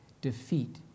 defeat